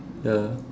ya